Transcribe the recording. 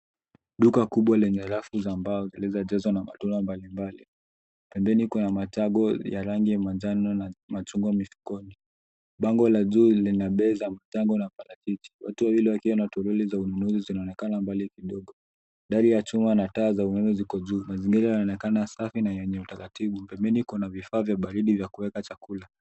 Duka kubwa lenye rafu za mbao zilizojazwa na matunda mbali mbali. Pandeni kuna matago ya rangi ya manjano na machungwa mifukoni. Bango la juu lina bei za matago na parachichi. Watu wawili wakiwa na toroli za ununuzi zinaonekana mbali kidogo. Dari ya chuma na taa za umeme ziko juu. Mazingira yanaonekana safi na yenye utaratibu. Pembeni kuna vifaa vya baridi na vya kueka chakula.